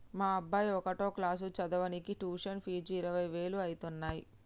మా అబ్బాయి ఒకటో క్లాసు చదవనీకే ట్యుషన్ ఫీజు ఇరవై వేలు అయితన్నయ్యి